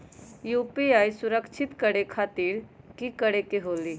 UPI सुरक्षित करे खातिर कि करे के होलि?